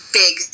big